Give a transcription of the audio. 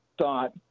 thought